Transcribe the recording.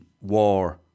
war